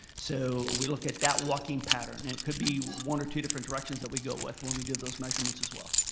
so we look at that walking pattern. and it could be one or two different directions that we go with when we do those measurements as well.